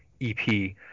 EP